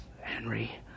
Henry